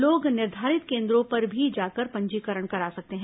लोग निर्धारित केन्द्रों पर भी जाकर पंजीकरण करा सकते हैं